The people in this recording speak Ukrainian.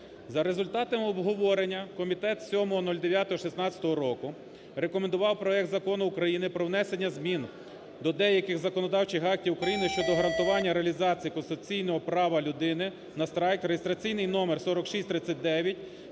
За результатами обговорення, комітет 7.09.2016 року рекомендував проект Закону України про внесення змін до деяких законодавчих актів України щодо гарантування реалізації конституційного права людини на страйк (реєстраційний номер 4639)